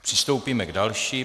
Přistoupíme k další.